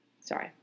Sorry